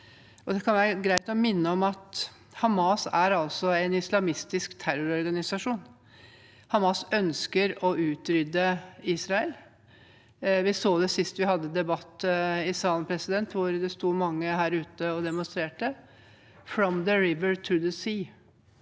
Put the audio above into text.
Det kan være greit å minne om at Hamas altså er en islamistisk terrororganisasjon. Hamas ønsker å utrydde Israel. Vi så det sist vi hadde debatt i salen, hvor det sto mange her ute og demonstrerte med budskap om «from the river to the sea»